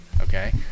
okay